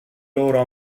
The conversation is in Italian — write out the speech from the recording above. loro